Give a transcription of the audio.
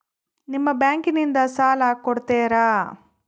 ನಿಮ್ಮ ಬ್ಯಾಂಕಿನಿಂದ ಸಾಲ ಕೊಡ್ತೇರಾ?